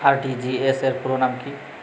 RTGS র পুরো নাম কি?